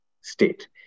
state